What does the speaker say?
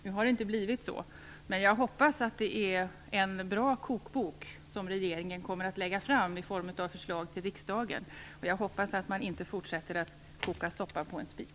Nu har det inte blivit så, men jag hoppas att det är en bra kokbok som regeringen kommer att lägga fram i form av förslag till riksdagen. Jag hoppas att man inte fortsätter att koka soppa på en spik.